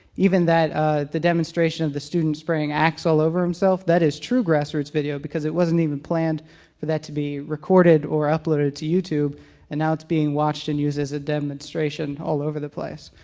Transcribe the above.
even ah the demonstration of the student spraying axe all over himself. that is true grassroots video, because it wasn't even planned for that to be recorded or uploaded to youtube and now it's being watched and used as a demonstration all over the place.